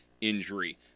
injury